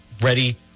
ready